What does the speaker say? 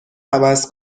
عوض